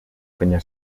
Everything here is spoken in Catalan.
penya